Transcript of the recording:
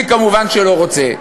אני כמובן לא רוצה.